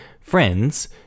Friends